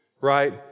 right